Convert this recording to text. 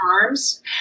arms